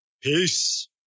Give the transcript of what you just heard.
Peace